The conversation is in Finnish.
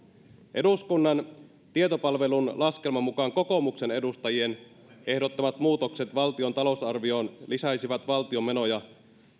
eduskunnan tietopalvelun laskelman mukaan kokoomuksen edustajien ehdottamat muutokset valtion talousarvioon lisäisivät valtion menoja